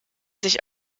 sich